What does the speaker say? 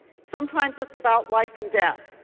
sometimes it's about life and death.